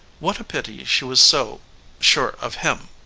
what a pity she was so sure of him!